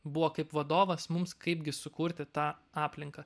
buvo kaip vadovas mums kaipgi sukurti tą aplinką